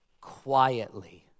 Quietly